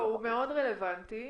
הוא מאוד רלוונטי.